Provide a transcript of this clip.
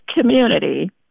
community